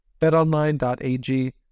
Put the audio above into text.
BetOnline.ag